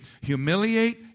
humiliate